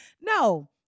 No